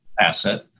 asset